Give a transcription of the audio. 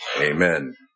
Amen